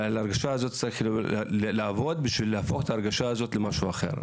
ועל ההרגשה הזו צריך לעבוד בשביל להפוך אותה למשהו אחר.